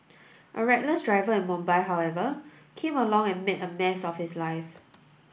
a reckless driver in Mumbai however came along and made a mess of his life